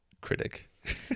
critic